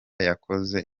yakoze